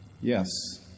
yes